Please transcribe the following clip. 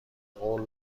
قول